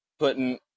putting